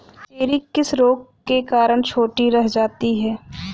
Cherry किस रोग के कारण छोटी रह जाती है?